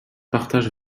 partage